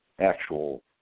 actual